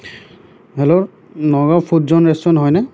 hello Nagaon food zone restaurant হয়নে